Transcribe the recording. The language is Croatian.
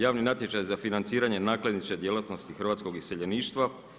Javni natječaj za financiranje nakladničke djelatnosti hrvatskog iseljeništva.